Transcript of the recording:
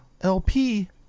LP